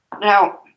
Now